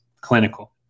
clinical